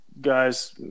guys